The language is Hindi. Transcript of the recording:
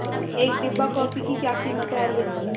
एक डिब्बा कॉफी की क्या कीमत है अरविंद?